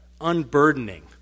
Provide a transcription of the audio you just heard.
unburdening